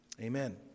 Amen